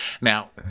now